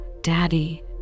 Daddy